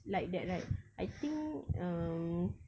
like that right I think um